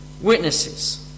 witnesses